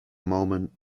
moment